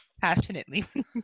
passionately